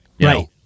right